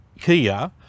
Kia